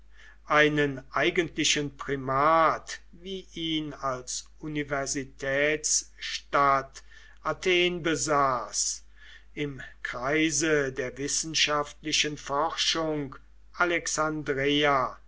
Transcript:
einen eigentlichen primat wie ihn als universitätsstadt athen besaß im kreise der wissenschaftlichen forschung alexandreia